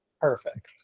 Perfect